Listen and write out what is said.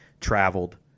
traveled